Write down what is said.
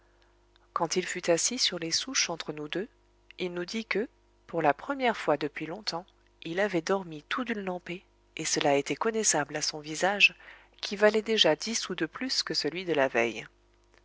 quand il fut assis sur les souches entre nous deux il nous dit que pour la première fois depuis longtemps il avait dormi tout d'une lampée et cela était connaissable à son visage qui valait déjà dix sous de plus que celui de la veille